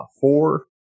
four